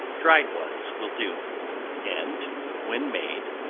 dried ones will do and when made,